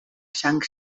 sang